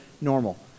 normal